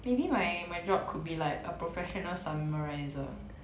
maybe my my job could be like a professional summarizer